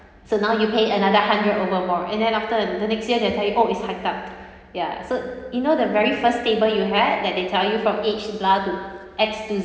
so now you pay another hundred over more and then after the next year they'll tell you oh it's hiked up ya so you know the very first table you had that they tell you from aged blah to X to